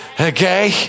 Okay